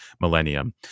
millennium